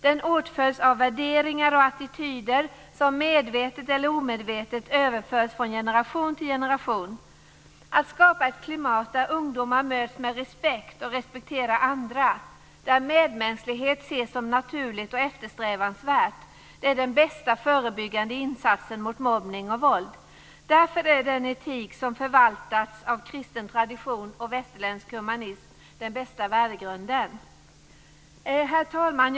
Den åtföljs av värderingar och attityder, som medvetet eller omedvetet överförs från generation till generation. Att skapa ett klimat där ungdomar möts med respekt och respekterar andra och där medmänsklighet ses som naturlig och eftersträvansvärd är den bästa förebyggande insatsen mot mobbning och våld. Därför är den etik som förvaltats av kristen tradition och västerländsk humanism den bästa värdegrunden. Herr talman!